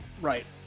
Right